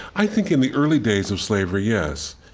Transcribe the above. i think in the early days of slavery, yes.